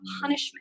punishment